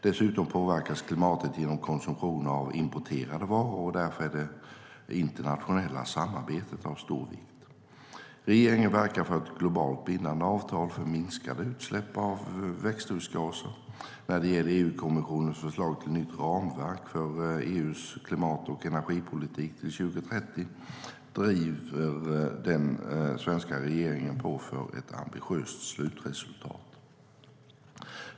Dessutom påverkas klimatet genom konsumtion av importerade varor, och därför är det internationella samarbetet av stor vikt. Regeringen verkar för ett globalt bindande avtal för minskade utsläpp av växthusgaser. När det gäller EU-kommissionens förslag till nytt ramverk för EU:s klimat och energipolitik till 2030 driver den svenska regeringen på för ett ambitiöst slutresultat.